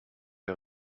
der